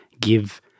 give